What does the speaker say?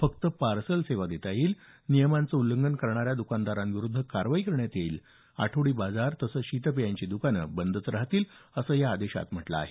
फक्त पार्सल सेवा देता येईल नियमांचं उल्लंघन करणाऱ्या दुकानदारांविरुद्ध कारवाई करण्यात येईल आठवडी बाजार शीतपेयांची दुकानं बंदच राहतील असं या आदेशात म्हटलं आहे